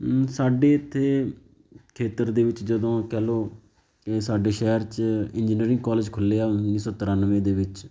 ਸਾਡੇ ਇੱਥੇ ਖੇਤਰ ਦੇ ਵਿੱਚ ਜਦੋਂ ਕਹਿ ਲਉ ਕਿ ਸਾਡੇ ਸ਼ਹਿਰ 'ਚ ਇੰਜੀਨੀਅਰਿੰਗ ਕੋਲੇਜ ਖੁੱਲ੍ਹਿਆ ਉੱਨੀ ਸੌ ਤਰਾਨਵੇਂ ਦੇ ਵਿੱਚ